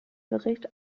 bericht